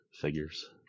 figures